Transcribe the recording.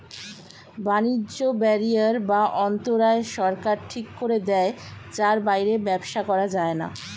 বাণিজ্য ব্যারিয়ার বা অন্তরায় সরকার ঠিক করে দেয় যার বাইরে ব্যবসা করা যায়না